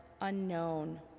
unknown